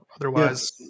Otherwise